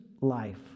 life